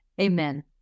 Amen